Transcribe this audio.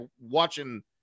watching